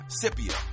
Scipio